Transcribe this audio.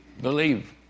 believe